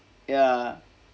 ya